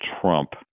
Trump